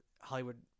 Hollywood